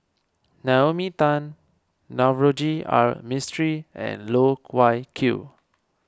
Naomi Tan Navroji R Mistri and Loh Wai Kiew